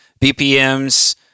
BPMs